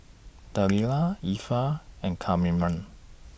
Delila Effa and Kamren